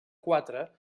quatre